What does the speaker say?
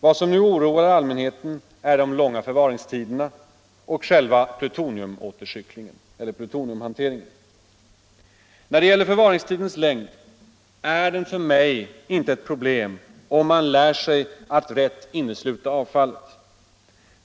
Vad som nu oroar allmänheten är de långa förvaringstiderna och själva plutoniumhanteringen. Förvaringstidens längd är för mig inte ett problem, om man lär sig att rätt innesluta avfallet.